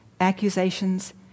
accusations